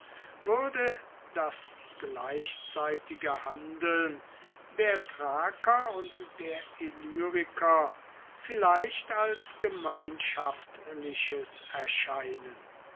würde das gleichzeitige handeln der thraker und der illyriker vielleicht als gemeinschaftliches erscheinen